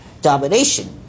Domination